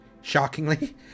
Shockingly